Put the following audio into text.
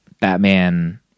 Batman